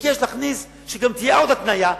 שגם תהיה עוד התניה,